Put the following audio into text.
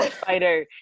spider